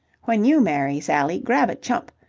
when you marry, sally, grab a chump.